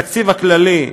בתקציב הכללי,